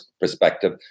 perspective